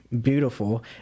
beautiful